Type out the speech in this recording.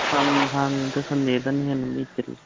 ꯍꯥꯡꯉꯤꯗ ꯁꯟꯗꯦꯗꯅ ꯍꯦꯟꯅ ꯃꯤ ꯇꯤꯜꯂꯤ